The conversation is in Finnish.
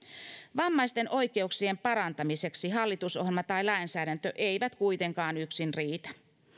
vammaisten oikeuksien parantamiseksi hallitusohjelma tai lainsäädäntö ei kuitenkaan yksin riitä